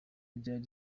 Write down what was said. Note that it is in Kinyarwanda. ryari